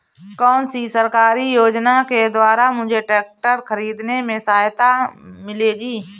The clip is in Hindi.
कौनसी सरकारी योजना के द्वारा मुझे ट्रैक्टर खरीदने में सहायता मिलेगी?